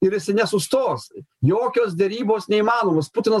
ir jisai nesustos jokios derybos neįmanomos putinas